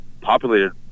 populated